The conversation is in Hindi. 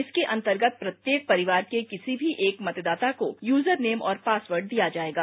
इसके अंतर्गत प्रत्येक परिवार के किसी भी एक मतदाता को यूजर नेम और पासवर्ड दिया जायेगा